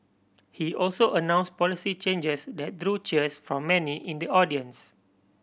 he also announce policy changes that drew cheers from many in the audience